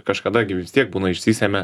kažkada gi vis tiek būna išsisemia